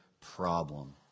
problem